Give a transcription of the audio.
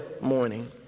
morning